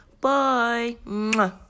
Bye